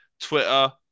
Twitter